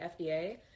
FDA